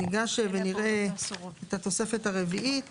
ניגש ונראה את התוספת הרביעית